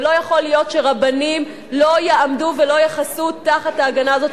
ולא יכול להיות שרבנים לא יעמדו ולא יחסו תחת ההגנה הזאת,